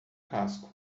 casco